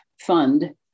fund